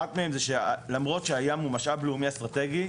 אחת מהן היא ש"למרות שהים הוא משאב לאומי אסטרטגי,